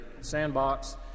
sandbox